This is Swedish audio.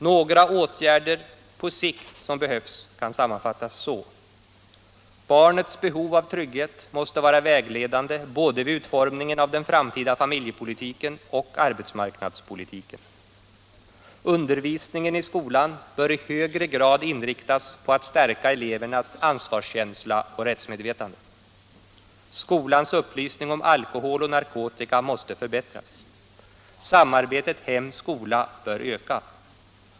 Några åtgärder som behövs på sikt kan sammanfattas så: Barnets behov av trygghet måste vara vägledande vid utformningen både av den framtida familjepolitiken och arbetsmarknadspolitiken. Undervisningen i skolan bör i högre grad inriktas på att stärka elevernas ansvarskänsla och rättsmedvetande. Skolans upplysning om alkohol och narkotika måste förbättras. Samarbetet hem-skola bör öka.